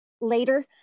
later